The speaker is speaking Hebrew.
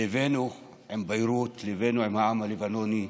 ליבנו עם ביירות, ליבנו עם העם הלבנוני.